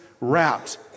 wrapped